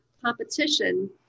competition